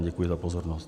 Děkuji za pozornost.